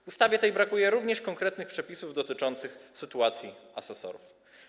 W ustawie tej brakuje również konkretnych przepisów dotyczących sytuacji asesorów.